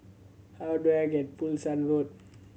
how do I get Pulasan Road